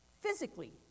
Physically